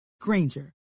granger